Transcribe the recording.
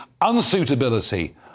unsuitability